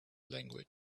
language